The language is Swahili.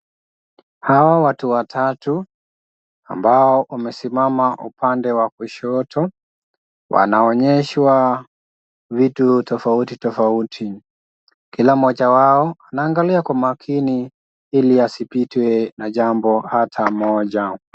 Hawa watu watatu ambao wamesimama upande wa kushoto wanaonyeshwa vitu tofauti tofauti. Kila mmoja wao anaangalia kwa makini ili asipitwe na jambo hata moja.